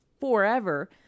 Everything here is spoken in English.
forever